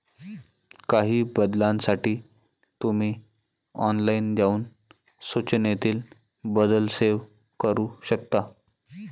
काही बदलांसाठी तुम्ही ऑनलाइन जाऊन सूचनेतील बदल सेव्ह करू शकता